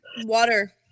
Water